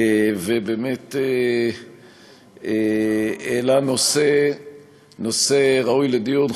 ובאמת העלה נושא ראוי לדיון.